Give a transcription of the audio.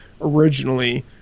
originally